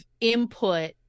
input